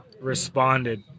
responded